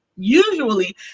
usually